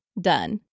Done